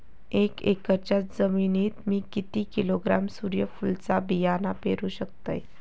एक एकरच्या जमिनीत मी किती किलोग्रॅम सूर्यफुलचा बियाणा पेरु शकतय?